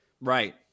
Right